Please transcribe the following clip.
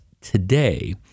today